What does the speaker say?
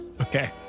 Okay